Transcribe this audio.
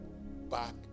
back